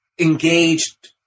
engaged